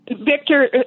victor